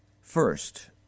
First